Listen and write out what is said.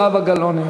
זהבה גלאון,